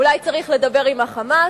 אולי צריך לדבר עם ה"חמאס"?